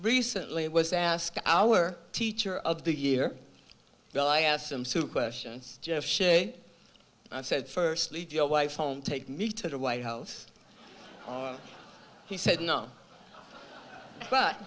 recently was ask our teacher of the year well i asked them to questions shay and i said first leave your wife home take me to the white house he said no but